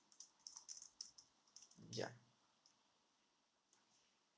mm yeah